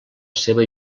seva